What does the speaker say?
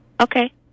Okay